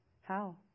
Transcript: How